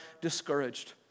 discouraged